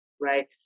right